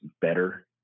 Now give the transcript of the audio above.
better